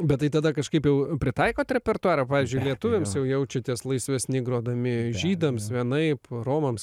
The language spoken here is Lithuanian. bet tai tada kažkaip jau pritaikot repertuarą pavyzdžiui lietuviams jau jaučiatės laisvesni grodami žydams vienaip romams